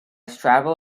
strabo